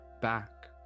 back